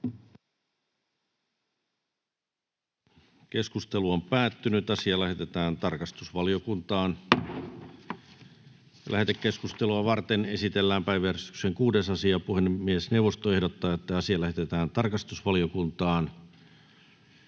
jonkun toisen valtion alueella. Lähetekeskustelua varten esitellään päiväjärjestyksen 5. asia. Puhemiesneuvosto ehdottaa, että asia lähetetään tarkastusvaliokuntaan.